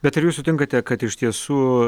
bet ar jūs sutinkate kad iš tiesų